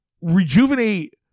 rejuvenate